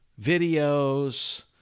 videos